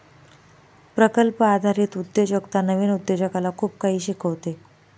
प्रकल्प आधारित उद्योजकता नवीन उद्योजकाला खूप काही शिकवते